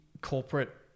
corporate